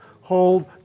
hold